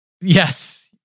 Yes